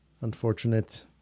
unfortunate